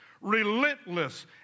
relentless